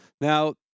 Now